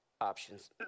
options